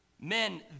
men